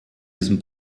diesem